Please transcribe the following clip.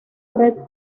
red